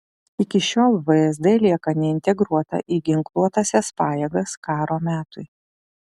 iki šiol vsd lieka neintegruota į ginkluotąsias pajėgas karo metui